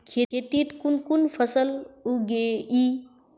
खेतीत कुन कुन फसल उगेई?